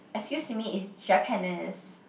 excuse me it's Japanese